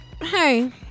hey